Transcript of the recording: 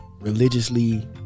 religiously